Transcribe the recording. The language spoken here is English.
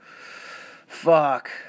fuck